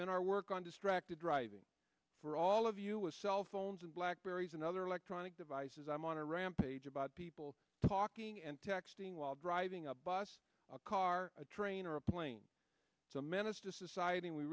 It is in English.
been our work on distracted driving for all of us cell phones and blackberries and other electronic devices i'm on a rampage about people talking and texting while driving a bus a car a train or a plane so menace to society we